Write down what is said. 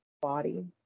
body